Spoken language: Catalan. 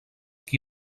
qui